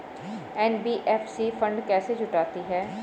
NBFC fund कैसे जुटाती है?